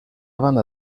banda